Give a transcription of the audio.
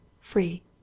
free